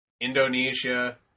Indonesia